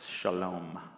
Shalom